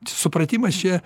supratimas čia